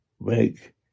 make